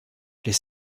les